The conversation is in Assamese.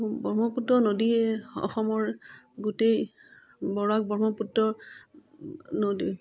ব্ৰহ্মপুত্ৰ নদীয়ে অসমৰ গোটেই বৰাক ব্ৰহ্মপুত্ৰ নদী